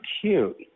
cute